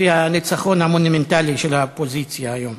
לפי הניצחון המונומנטלי של האופוזיציה היום.